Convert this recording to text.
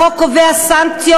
החוק קובע סנקציות,